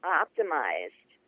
optimized